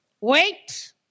Wait